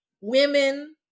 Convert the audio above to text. women